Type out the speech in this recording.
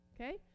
Okay